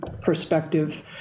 perspective